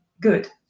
good